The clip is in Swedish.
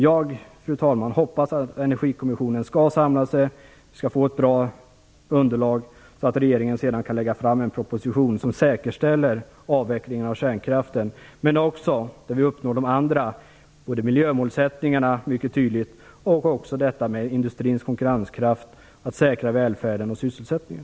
Jag hoppas, fru talman, att Energikommissionen skall samla sig och ta fram ett bra underlag, så att regeringen sedan kan lägga fram en proposition där man säkerställer avvecklingen av kärnkraften, men också där vi uppnår både miljömålsättningarna mycket tydligt och även målen med industrins konkurrenskraft och för att säkra välfärden och sysselsättningen.